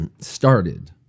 started